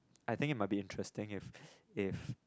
I think it might be interesting if if